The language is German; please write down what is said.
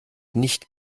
nicht